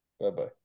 Bye-bye